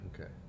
Okay